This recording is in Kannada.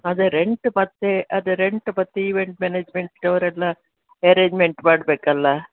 ಅದೆ ರೆಂಟ್ ಮತ್ತೆ ಅದು ರೆಂಟ್ ಮತ್ತು ಇವೆಂಟ್ ಮ್ಯಾನೇಜ್ಮೆಂಟ್ ಅವರೆಲ್ಲ ಅರೆಜ್ಮೆಂಟ್ ಮಾಡಬೇಕಲ್ಲ